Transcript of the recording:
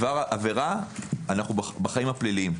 אנחנו בחיי הפליליים.